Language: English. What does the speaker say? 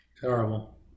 Terrible